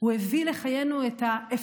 זה הדבר ששואב את כל האנרגיה שלנו,